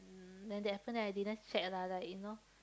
that definite I didn't check lah like you know